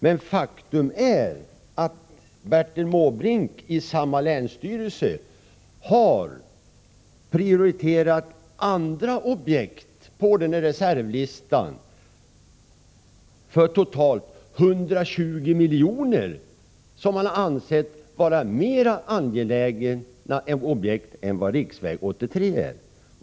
Men faktum är att Bertil Måbrink i samma länsstyrelse på reservlistan har prioriterat andra objekt för totalt 120 miljoner vilka han ansett vara mera angelägna än riksväg 83.